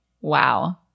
Wow